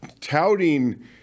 touting